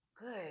Good